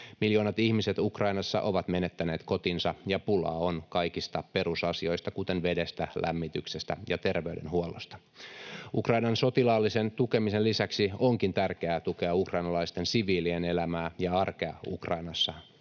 Miljoonat ihmiset Ukrainassa ovat menettäneet kotinsa, ja pulaa on kaikista perusasioista, kuten vedestä, lämmityksestä ja terveydenhuollosta. Ukrainan sotilaallisen tukemisen lisäksi onkin tärkeää tukea ukrainalaisten siviilien elämää ja arkea Ukrainassa,